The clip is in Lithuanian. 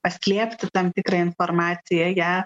paslėpti tam tikrą informaciją ją